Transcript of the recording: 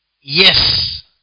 Yes